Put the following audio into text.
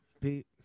Pete